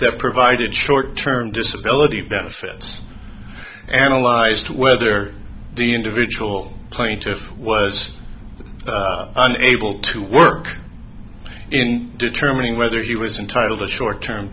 that provided short term disability benefits analyzed whether the individual plaintiff was unable to work in determining whether he was entitled to short term